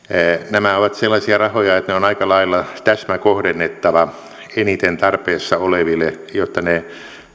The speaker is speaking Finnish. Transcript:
nämä ovat sellaisia rahoja että ne on aika lailla täsmäkohdennettava eniten tarpeessa oleville jotta ne